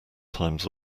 times